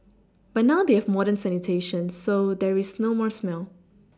but now they have modern sanitation so there is no more smell